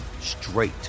straight